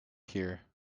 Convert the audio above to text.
here